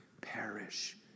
perish